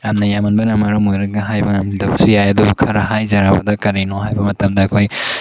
ꯌꯥꯝꯅ ꯌꯥꯝꯃꯟꯕꯅ ꯃꯔꯝ ꯑꯣꯏꯔꯒ ꯍꯥꯏꯕ ꯉꯝꯗꯕꯁꯨ ꯌꯥꯏ ꯑꯗꯨꯕꯨ ꯈꯔ ꯍꯥꯏꯖꯔꯕꯗ ꯀꯔꯤꯅꯣ ꯍꯥꯏꯕ ꯃꯇꯝꯗ ꯑꯩꯈꯣꯏ